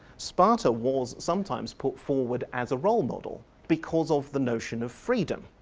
sparta was sometimes put forward as a role model because of the notion of freedom,